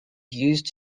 used